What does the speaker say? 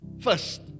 first